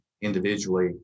individually